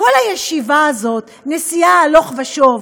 כל הישיבה הזאת, נסיעה הלוך ושוב?